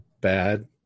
Bad